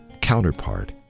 counterpart